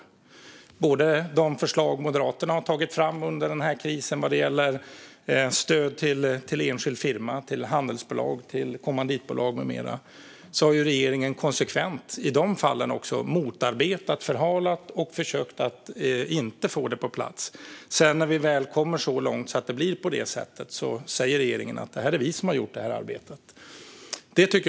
När det gäller de förslag som Moderaterna har tagit fram under den här krisen vad gäller stöd till enskild firma, handelsbolag, kommanditbolag med mera har regeringen konsekvent också i de fallen motarbetat, förhalat och försökt att inte få dem på plats. När det väl kommer så långt att det blir på det sättet säger regeringen: Det är vi som har gjort det här arbetet. Herr ålderspresident!